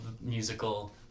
musical